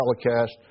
telecast